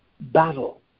battle